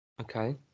Okay